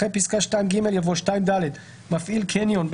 אחרי פסקה (2ג) יבוא: "(2ד)מפעיל קניון,